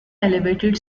elevated